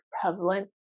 prevalent